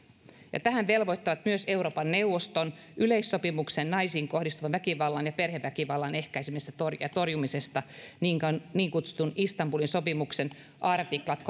ja tähän velvoittaa myös euroopan neuvoston yleissopimus naisiin kohdistuvan väkivallan ja perheväkivallan ehkäisemisestä ja torjumisesta niin kutsuttu istanbulin sopimus ja sen artiklat